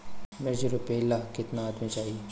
मिर्च रोपेला केतना आदमी चाही?